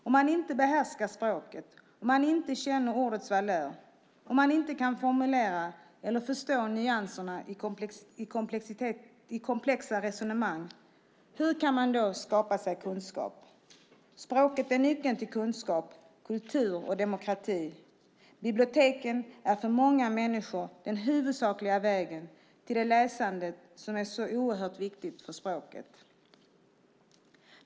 Om man inte behärskar språket, om man inte känner ordets valör, om man inte kan formulera eller förstå nyanserna i komplexa resonemang, hur kan man då få kunskap? Språket är nyckeln till kunskap, kultur och demokrati. Biblioteken är för många människor den huvudsakliga vägen till det läsande som är så oerhört viktigt för språket.